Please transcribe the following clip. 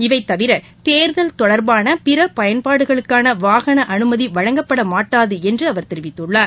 இவை தவிர தேர்தல் தொடர்பான பிற பயன்பாடுகளுக்கான வாகன அனுமதி வழங்கப்பட மாட்டாது என்று அவர் தெரிவித்துள்ளார்